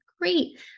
great